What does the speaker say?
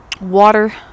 water